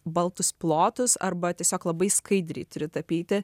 baltus plotus arba tiesiog labai skaidriai turi tapyti